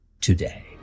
today